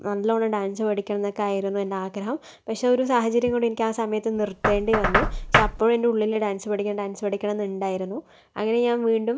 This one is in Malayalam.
നല്ലോണം ഡാൻസ് പഠിക്കണം എന്നൊക്കെയായിരുന്നു എൻ്റെ ആഗ്രഹം പക്ഷെ ഒരു സാഹചര്യം കൊണ്ട് എനിക്ക് ആ സമയത്ത് നിർത്തേണ്ടി വന്നു പക്ഷെ അപ്പോഴും എൻ്റെ ഉള്ളില് ഡാൻസ് പഠിക്കണം ഡാൻസ് പഠിക്കണം എന്നുണ്ടായിരുന്നു അങ്ങനെ ഞാൻ വീണ്ടും